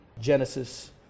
Genesis